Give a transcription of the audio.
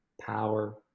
power